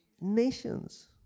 nations